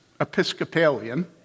Episcopalian